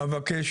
אבקש,